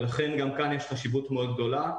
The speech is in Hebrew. לכן גם כאן יש חשיבות מאוד גדולה.